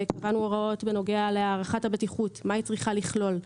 קבענו הוראות בנוגע להערכת הבטיחות: מה היא צריכה לכלול,